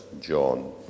John